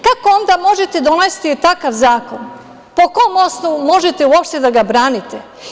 Kako onda možete da donositi takav zakon, po kom osnovu možete uopšte da ga branite?